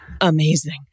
amazing